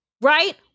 right